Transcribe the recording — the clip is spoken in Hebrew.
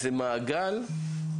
הייתי שמחה לשמוע את הנתונים המפורטים,